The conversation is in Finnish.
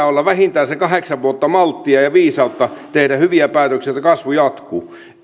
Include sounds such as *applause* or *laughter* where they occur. *unintelligible* olla vähintään se kahdeksan vuotta malttia ja viisautta tehdä hyviä päätöksiä että kasvu jatkuu